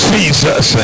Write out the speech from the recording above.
Jesus